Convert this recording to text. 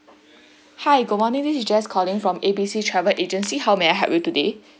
hi good morning this is jess calling from A B C travel agency how may I help you today